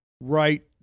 right